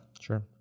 Sure